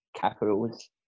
capitals